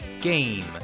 game